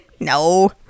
No